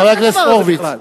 חבר הכנסת הורוביץ,